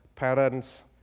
parents